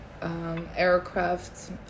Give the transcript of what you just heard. Aircraft